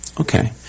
Okay